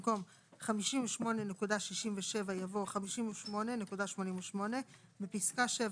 במקום "58.67" יבוא "58.88"; בפסקה (7),